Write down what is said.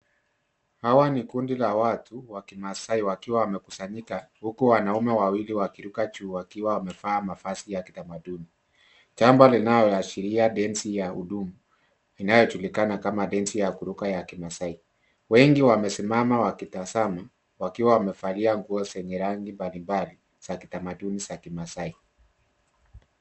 Hawa ni kundi la watu wa kimasai wakiwa wamekusanyika huku wanaume wawili wakiruka juu wakiwa wamevaa mavazi ya kitamaduni jambo linaloashiria densi ya huduma inayojulikana kama densi ya kuruka ya kimasai. Wengi wamesimama wakitazama wakiwa wamevalia nguo zenye rangi mbali mbali za kitamaduni za kimasai.